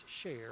share